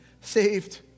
saved